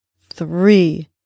three